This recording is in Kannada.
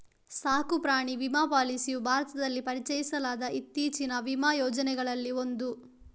ಸಾಕು ಪ್ರಾಣಿ ವಿಮಾ ಪಾಲಿಸಿಯು ಭಾರತದಲ್ಲಿ ಪರಿಚಯಿಸಲಾದ ಇತ್ತೀಚಿನ ವಿಮಾ ಯೋಜನೆಗಳಲ್ಲಿ ಒಂದು